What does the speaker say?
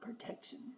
protection